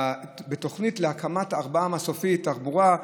תוכנית להקמת ארבעה מסופי תחבורה,